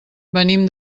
venim